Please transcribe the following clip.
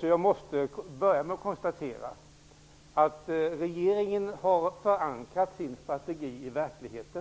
Jag måste konstatera att regeringen har förankrat sin strategi i verkligheten.